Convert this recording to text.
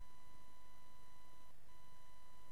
ישראל